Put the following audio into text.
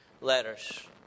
letters